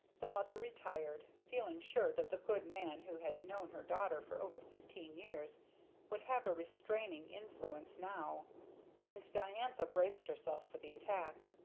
the mother retired, feeling sure that the good man who had known her daughter for over fifteen years would have a restraining influence now and diantha braced herself for the attack.